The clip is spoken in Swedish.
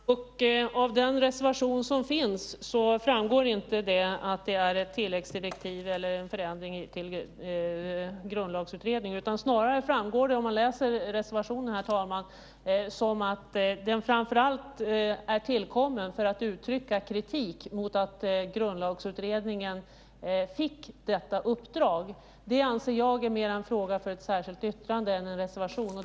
Herr talman! Av den reservation som finns framgår det inte att det handlar om ett tilläggsdirektiv eller en förändring i Grundlagsutredningen. Om man läser reservationen får man den uppfattningen att den framför allt är tillkommen för att uttrycka kritik mot att Grundlagsutredningen fick detta uppdrag. Det anser jag är mer en fråga för ett särskilt yttrande än en reservation.